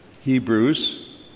Hebrews